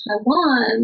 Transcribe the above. Taiwan